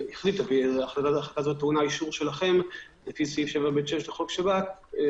וזה טעון אישור שלכם על פי סעיף 7 (ב)(6) לחוק שב"כ,